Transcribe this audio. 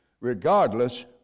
regardless